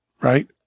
right